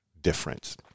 difference